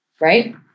Right